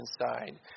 inside